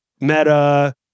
Meta